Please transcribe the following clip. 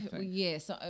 yes